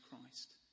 Christ